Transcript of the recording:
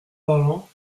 parlant